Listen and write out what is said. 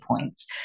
points